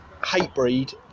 Hatebreed